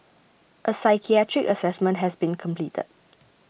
a psychiatric assessment has been completed